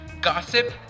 gossip